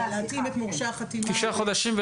כדי להתאים את מורשי החתימה --- תשעה חודשים,